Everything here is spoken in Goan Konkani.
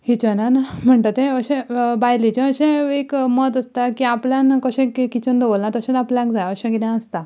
किचनान म्हणटा तें अशें बायलेचें अशे एक मत आसता की आपल्यान कशें कि किचन दवरलां तशेंच आपल्याक जाय अशें कितें आसता